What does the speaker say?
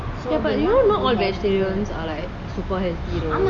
ya but you know not all vegetarians are like super healthy though